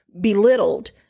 belittled